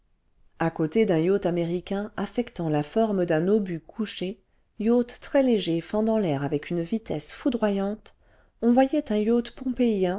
a côté d'un yacht américain affectant la forme d'un obus couché yacht très léger fendant l'air avec une vitesse foudroyante on voyait un